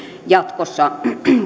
jatkossa